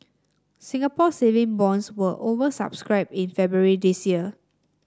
Singapore Saving Bonds were over subscribed in February this year